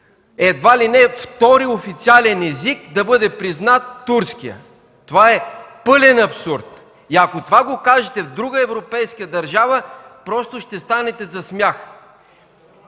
едва ли не за втори официален език да бъде признат турският. Това е пълен абсурд! Ако това го кажете в друга европейска държава, просто ще станете за смях!